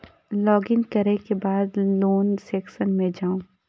log in करै के बाद लोन सेक्शन मे जाउ